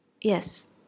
Yes